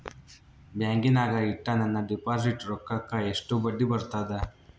ಬ್ಯಾಂಕಿನಾಗ ಇಟ್ಟ ನನ್ನ ಡಿಪಾಸಿಟ್ ರೊಕ್ಕಕ್ಕ ಎಷ್ಟು ಬಡ್ಡಿ ಬರ್ತದ?